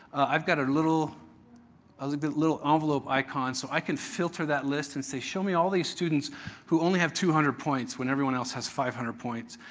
i've got a little ah little envelope icon. so i can filter that list and say, show me all these students who only have two hundred points when everyone else has five hundred points.